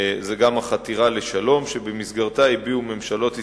זה גם החתירה לשלום, שבמסגרתה הביעו ממשלות ישראל,